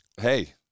Hey